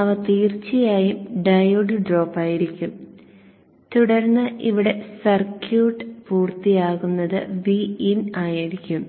അവ തീർച്ചയായും diode drop ആയിരിക്കും തുടർന്ന് ഇവിടെ സർക്യൂട്ട് പൂർത്തിയാക്കുന്നതു Vin ആയിരിക്കും